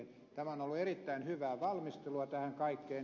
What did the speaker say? tämä on ollut erittäin hyvää valmistelua tähän kaikkeen